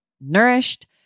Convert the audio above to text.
nourished